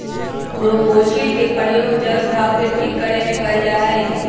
propolis के प्रयोग जल्ल घाव के ठीक करे में कइल जाहई